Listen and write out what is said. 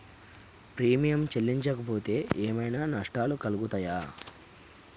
Premium చెల్లించకపోతే ఏమైనా నష్టాలు కలుగుతయా?